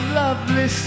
lovely